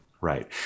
Right